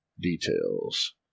details